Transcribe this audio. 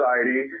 Society